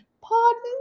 Pardon